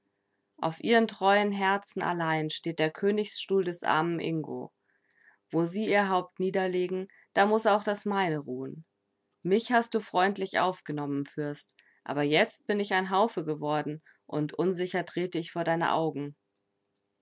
auf ihren treuen herzen allein steht der königsstuhl des armen ingo wo sie ihr haupt niederlegen da muß auch das meine ruhen mich hast du freundlich aufgenommen fürst aber jetzt bin ich ein haufe geworden und unsicher trete ich vor deine augen